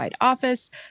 office